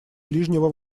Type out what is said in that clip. ближнего